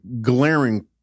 glaring